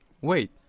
Wait